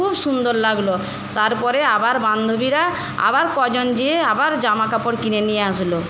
খুব সুন্দর লাগলো তারপরে আবার বান্ধবীরা আবার কজন যেয়ে আবার জামাকাপড় কিনে নিয়ে আসলো